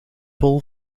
bol